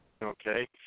Okay